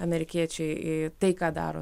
amerikiečiai į tai ką daro